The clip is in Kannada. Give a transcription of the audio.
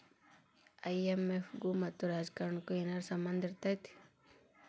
ಐ.ಎಂ.ಎಫ್ ಗು ಮತ್ತ ರಾಜಕಾರಣಕ್ಕು ಏನರ ಸಂಭಂದಿರ್ತೇತಿ?